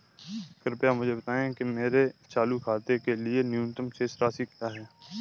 कृपया मुझे बताएं कि मेरे चालू खाते के लिए न्यूनतम शेष राशि क्या है?